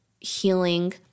healing